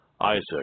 Isaac